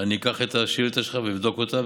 אני אקח את השאילתה שלך ואבדוק אותה,